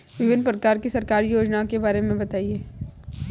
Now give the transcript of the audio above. विभिन्न प्रकार की सरकारी योजनाओं के बारे में बताइए?